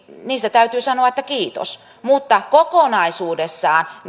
täytyy sanoa kiitos mutta kokonaisuudessaan